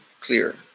clear